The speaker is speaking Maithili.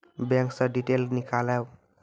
बैंक से डीटेल नीकालव?